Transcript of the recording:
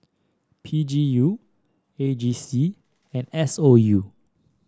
P G U A G C and S O U